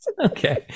Okay